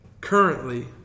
currently